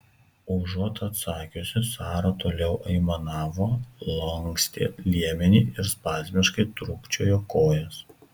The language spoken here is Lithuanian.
užuot atsakiusi sara toliau aimanavo lankstė liemenį ir spazmiškai trūkčiojo kojas